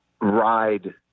ride